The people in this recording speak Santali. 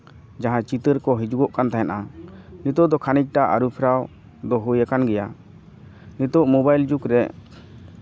ᱡᱟᱦᱟᱸ ᱪᱤᱛᱟᱹᱨ ᱠᱚ ᱦᱤᱡᱩᱜᱚᱜ ᱠᱟᱱ ᱛᱟᱦᱮᱱᱟ ᱱᱤᱛᱚᱜ ᱫᱚ ᱠᱷᱟᱱᱤᱠᱴᱟ ᱟᱹᱨᱩ ᱯᱷᱮᱨᱟᱣ ᱫᱚ ᱦᱩᱭ ᱟᱠᱟᱱ ᱜᱮᱭᱟ ᱱᱤᱛᱚᱜ ᱢᱳᱵᱟᱭᱤᱞ ᱡᱩᱜᱽ ᱨᱮ